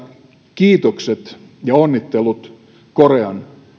kiitokset ja onnittelut korean